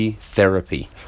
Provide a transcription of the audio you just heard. Therapy